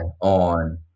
on